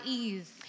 ease